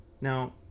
Now